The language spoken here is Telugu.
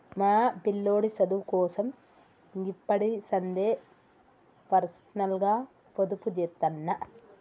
మా పిల్లోడి సదువుకోసం గిప్పడిసందే పర్సనల్గ పొదుపుజేత్తన్న